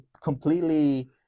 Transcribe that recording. completely